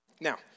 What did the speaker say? Now